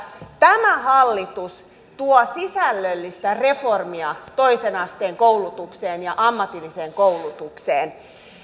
tämä hallitus tuo sisällöllistä reformia toisen asteen koulutukseen ja ammatilliseen koulutukseen